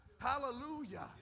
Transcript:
Hallelujah